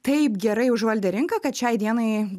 taip gerai užvaldė rinką kad šiai dienai